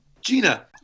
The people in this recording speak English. Gina